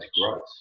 growth